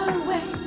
away